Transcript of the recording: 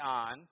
on